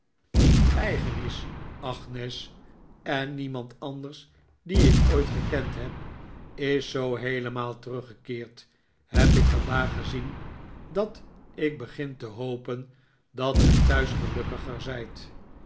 die u eigen is agnes en niemand anders die ik ooit gekend neb is zoo heelemaal teruggekeerd heb ik vandaag gezien dat ik begin te hopen dat gij thuis gelukkiger zijt